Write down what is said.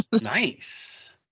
Nice